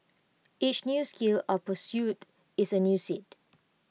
each new skill or pursuit is A new seed